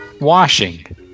washing